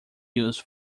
used